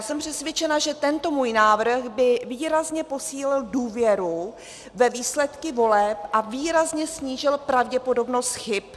Jsem přesvědčena, že tento můj návrh by výrazně posílil důvěru ve výsledky voleb a výrazně snížil pravděpodobnost chyb.